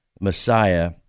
Messiah